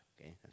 okay